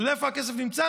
אתה יודע איפה הכסף נמצא?